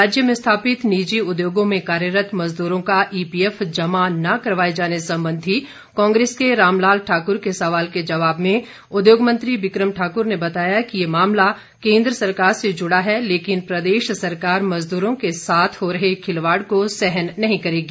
राज्य में स्थापित निजी उद्योगों में कार्यरत मजदूरों का ईपीएफ जमा न करवाए जाने संबंधी कांग्रेस के रामलाल ठाकुर के सवाल के जवाब में उद्योग मंत्री बिक्रम ठाकुर ने बताया कि यह मामला केंद्र सरकार से जुड़ा है लेकिन प्रदेश सरकार मजदूरों के साथ हो रहे खिलवाड़ को सहन नहीं करेगी